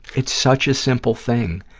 it's such a simple thing,